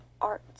art